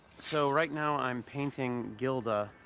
so right now, i'm painting gilda,